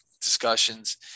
discussions